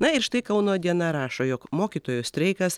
na ir štai kauno diena rašo jog mokytojų streikas